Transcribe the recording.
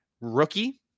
rookie